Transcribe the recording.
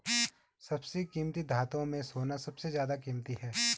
सभी कीमती धातुओं में सोना सबसे ज्यादा कीमती है